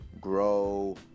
grow